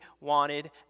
wanted